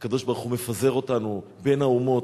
והקדוש-ברוך-הוא מפזר אותנו בין האומות.